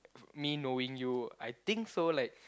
me knowing you I think so like